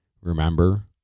remember